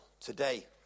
today